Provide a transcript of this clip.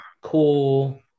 cool